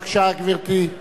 בבקשה, גברתי.